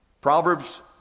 Proverbs